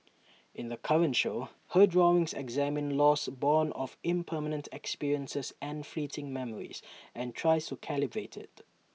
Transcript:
in the current show her drawings examine loss borne of impermanent experiences and fleeting memories and tries to calibrate IT